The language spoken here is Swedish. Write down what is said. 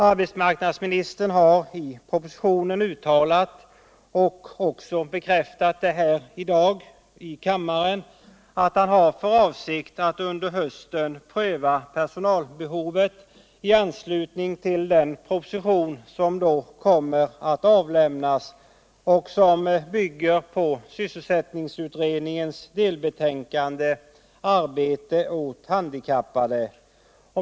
Arbetsmarknadsministern har i propositionen uttalat, och också bekräftat här i kammaren i dag, att han har för avsikt att under hösten pröva personalbehovet i anslutning till den proposition som då kommer att avlämnas och som bygger på sysselsättningsutredningens delbetänkande Arbete åt handikappade.